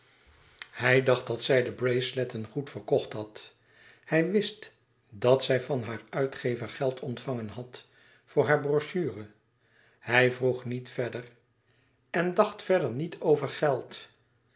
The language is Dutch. hij dacht dat zij de braceletten goed verkocht had hij wist dat zij van haar uitgever geld ontvangen had voor haar brochure hij vroeg niet verder en dacht verder niet over geld